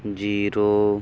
zero